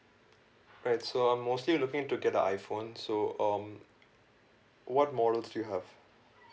right so I'm mostly looking to get the iphone so um what models do you have